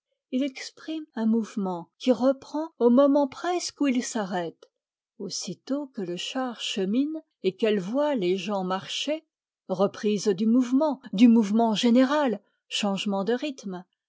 il exprime un mouvement qui reprend au moment presque où il s'arrête aussitôt que le char chemine et qu'elle voit les gens marcher reprise du mouvement du mouvement général changement de rythme